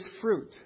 fruit